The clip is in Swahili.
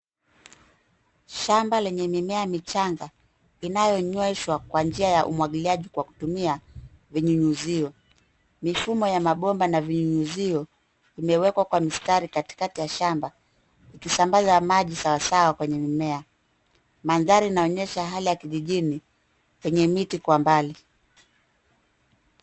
Shamba lenye mimea michanga inayonyweshwa kwa njia ya umwagiliaji kwa kutumia vinyunyuzio. Mifumo ya mabomba na vinyunyuzio imewekwa kwa mistari katikati ya shamba ikisambaza maji sawasawa kwenye mimea. Mandhari inaonyesha hali ya kijijini penye miti kwa mbali.